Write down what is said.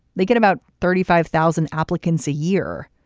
they get about thirty five thousand applicants a year.